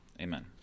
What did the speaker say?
Amen